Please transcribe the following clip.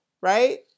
right